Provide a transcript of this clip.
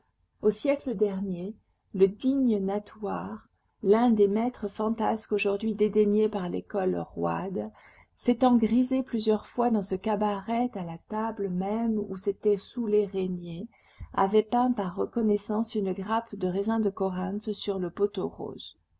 au siècle dernier le digne natoire l'un des maîtres fantasques aujourd'hui dédaignés par l'école roide s'étant grisé plusieurs fois dans ce cabaret à la table même où s'était soûlé régnier avait peint par reconnaissance une grappe de raisin de corinthe sur le poteau rose